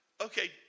okay